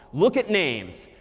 look at names.